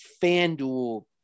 FanDuel